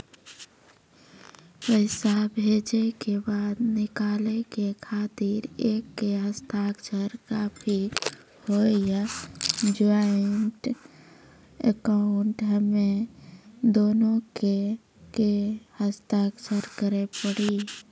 पैसा भेजै के बाद निकाले के खातिर एक के हस्ताक्षर काफी हुई या ज्वाइंट अकाउंट हम्मे दुनो के के हस्ताक्षर करे पड़ी?